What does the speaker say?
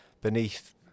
beneath